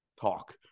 talk